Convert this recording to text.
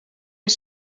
crt